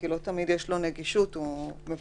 כי הרי לא תמיד יש לו נגישות כשהוא בבידוד.